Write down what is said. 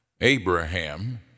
Abraham